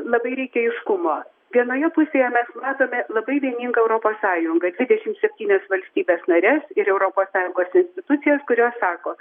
labai reikia aiškumo vienoje pusėje mes matome labai vieningą europos sąjungą dvidešim septynias valstybes nares ir europos sąjungos institucijas kurios sako